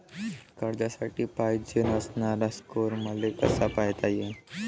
कर्जासाठी पायजेन असणारा स्कोर मले कसा पायता येईन?